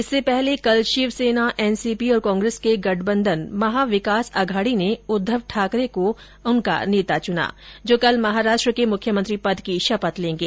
इससे पहले कल शिव सेना एनसीपी और कांग्रेस के गठबंधन महाविकास अघाड़ी ने उद्दव ठाकरे को उनका नेता चुना जो कल महाराष्ट्र के मुख्यमंत्री पद की शपथ लेगें